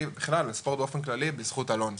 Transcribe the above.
ובכלל לספורט באופן כללי בזכות אלון,